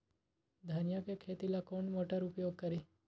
धनिया के खेती ला कौन मोटर उपयोग करी?